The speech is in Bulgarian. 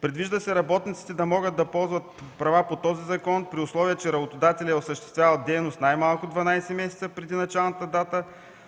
Предвижда се работниците да могат да ползват права по този закон, при условие че работодателят е осъществявал дейност най-малко 12 месеца преди началната дата